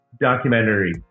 documentary